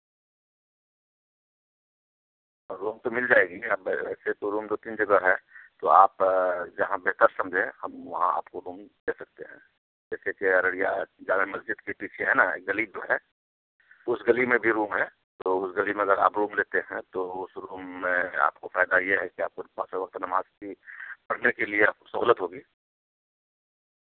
روم تو مل جائے گی اب ویسے تو روم دو تین جگہ ہے تو آپ جہاں بہتر سمجھیں ہم وہاں آپ کو روم دے سکتے ہیں جیسے کہ ارڑیا جامع مسجد کے پیچھے نا گلی جو ہے اس گلی میں بھی روم ہے تو اس گلی میں اگر آپ روم لیتے ہیں تو اس روم میں آپ کو فائدہ یہ ہے کہ آپ کو پاس وقت نماز بھی پڑنے کے لیے آپ کو سہولت ہوگی